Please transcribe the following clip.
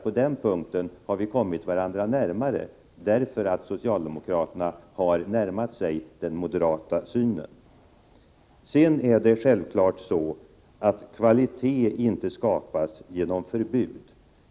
På den punkten har vi kommit varandra närmare; socialdemokraterna har här närmat sig den moderata synen. Det är självfallet så att kvalitet inte skapas genom förbud.